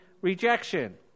rejection